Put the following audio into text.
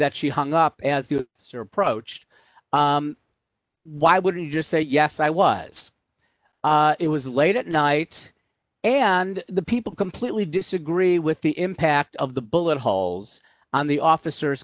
that she hung up as you are pro choice why wouldn't you just say yes i was it was late at night and the people completely disagree with the impact of the bullet holes on the officers